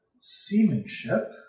Seamanship